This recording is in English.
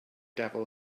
devil